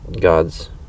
God's